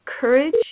courage